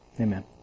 Amen